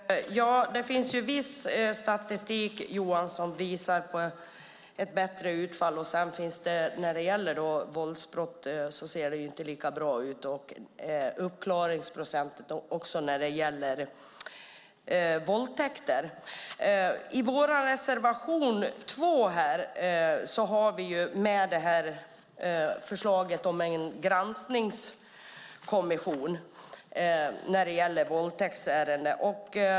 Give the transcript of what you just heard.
Fru talman! Ja, det finns ju viss statistik, Johan Linander, som visar på ett bättre utfall. När det gäller uppklaringsprocenten för våldsbrott och våldtäkter ser det inte lika bra ut. I vår reservation 2 har vi förslaget om en granskningskommission för våldtäktsärenden.